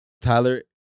Tyler